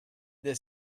they